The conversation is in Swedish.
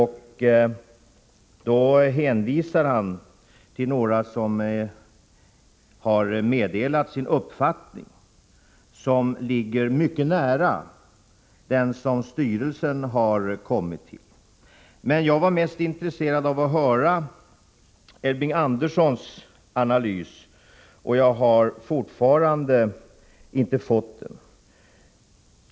Han hänvisade till några som hade meddelat sin uppfattning, som ligger mycket nära vad styrelsen har kommit till. Jag var emellertid mest intresserad av att få höra Elving Anderssons analys, men den har jag fortfarande inte fått.